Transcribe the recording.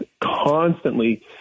constantly